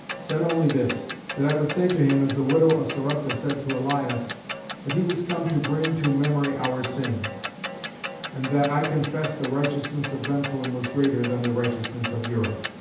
said only this that i would say to him, as the widow of sarepta said to elias that he was come to bring to memory our sins and that i confess the righteousness of bensalem was greater than the righteousness of europe.